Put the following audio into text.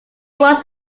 was